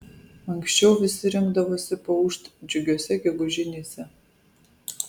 anksčiau visi rinkdavosi paūžt džiugiose gegužinėse